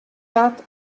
bart